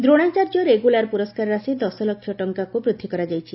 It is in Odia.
ଦ୍ରୋଣାଚାର୍ଯ୍ୟ ରେଗୁଲାର ପୁରସ୍କାର ରାଶି ଦଶଲକ୍ଷ ଟଙ୍କାକୁ ବୃଦ୍ଧି କରାଯାଇଛି